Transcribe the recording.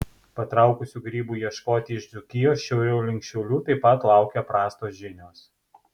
patraukusių grybų ieškoti iš dzūkijos šiauriau link šiaulių taip pat laukia prastos žinios